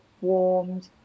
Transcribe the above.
warmed